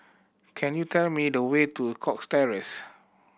can you tell me the way to Cox Terrace